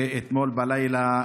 ואתמול בלילה,